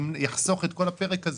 אם יחסוך את כל הפרק הזה.